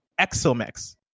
Exomex